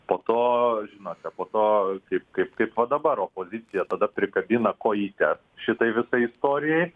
po to žinote po to kaip kaip kaip va dabar opozicija tada prikabina kojytes šitai visai istorijai